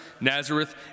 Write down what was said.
Nazareth